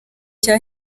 cya